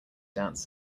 dance